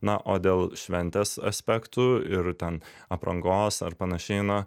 na o dėl šventės aspektų ir ten aprangos ar panašiai na